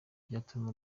byatumye